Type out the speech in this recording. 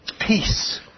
peace